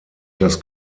das